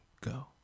Go